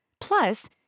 Plus